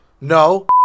No